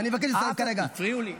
הפריעו לי.